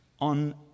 On